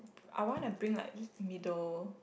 I wanna bring like middle